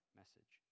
message